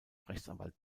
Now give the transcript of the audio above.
rechtsanwalt